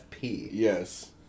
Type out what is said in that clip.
Yes